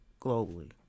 globally